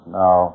now